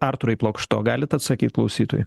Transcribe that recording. artūrai plokšto galit atsakyt klausytojui